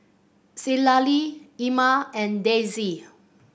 Citlalli Irma and Dessie